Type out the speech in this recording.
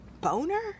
Boner